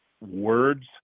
words